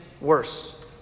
worse